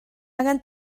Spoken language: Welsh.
angen